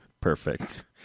Perfect